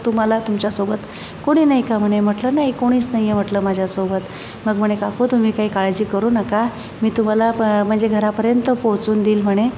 मग तुम्हाला तुमच्या तुमच्या सोबत कोणी नाही का म्हणे म्हटलं नाही कोणीच नाहीये म्हटलं माझ्यासोबत मग म्हणे काकू तुम्ही काही काळजी करु नका मी तुम्हाला म्हणजे घरापर्यंत पोहचवून देईल म्हणे